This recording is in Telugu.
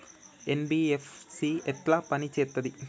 ఎన్.బి.ఎఫ్.సి ఎట్ల పని చేత్తది?